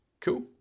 Cool